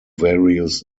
various